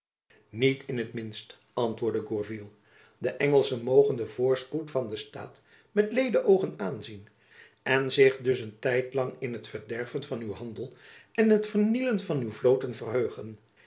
niet in het minst antwoordde gourville de engelschen mogen den voorspoed van dezen staat met leede oogen aanzien en zich dus een tijd lang in het verderven van uw handel en het vernielen van uw vloten verheugen